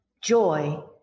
joy